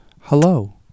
Hello